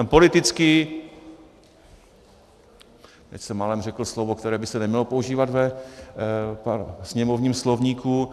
Politický... a teď jsem málem řekl slovo, které by se nemělo používat ve sněmovním slovníku.